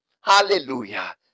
Hallelujah